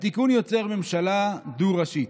התיקון יוצר ממשלה דו-ראשית,